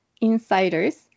insiders